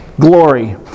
Glory